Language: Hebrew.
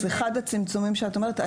אז אחד הצמצומים שאת אומרת,